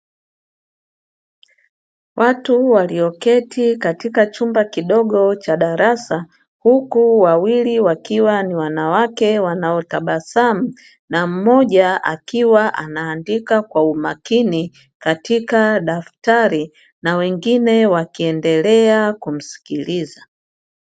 Watu walioketi katika chumba kidogo cha darasa huku wawili wakiwa ni wanawake wanaotabasamu na mmoja akiwa anaandika kwa umakini katika daftari na wengine wakiendelea kumsikiliza.